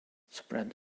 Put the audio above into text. spread